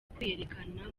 kwiyerekana